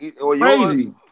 Crazy